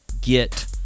get